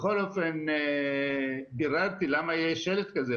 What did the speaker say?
בכל אופן ביררתי למה יש שלט כזה,